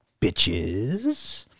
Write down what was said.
bitches